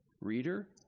Reader